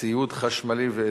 הצעת חוק התקשורת (בזק ושירותים) (תיקון מס' 54)